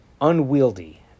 unwieldy